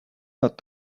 not